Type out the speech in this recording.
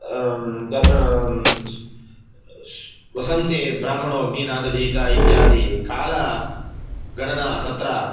वसन्ते ब्राह्मणो अग्नीनादधीत इत्यादि कालगणना तत्र